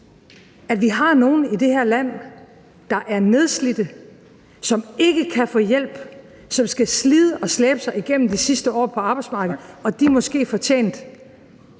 at vi har nogle i det her land, der er nedslidte, som ikke kan få hjælp, og som skal slide og slæbe sig igennem de sidste år på arbejdsmarked, og at de måske fortjente,